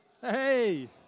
Hey